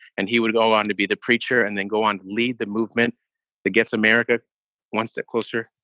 and he would go on to be the preacher and then go on to lead the movement that gets america one step closer